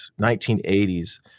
1980s